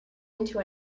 into